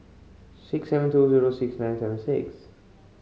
six seven two zero six nine seven six